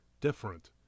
different